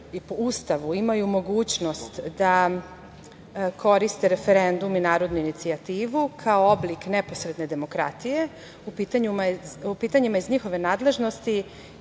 i po Ustavu imaju mogućnost da koriste referendum i narodnu inicijativu kao oblik neposredne demokratije u pitanjima iz njihove nadležnosti